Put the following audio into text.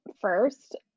first